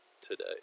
today